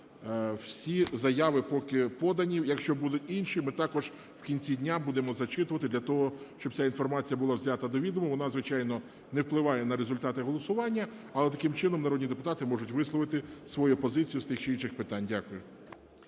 Всі заяви поки подані, якщо будуть інші, ми також в кінці дня будемо зачитувати для того, щоб ця інформація була взята до відома, вона звичайно не впливає на результати голосування, але таким чином народні депутати можуть висловити свою позицію з тих чи інших питань. Дякую.